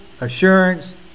assurance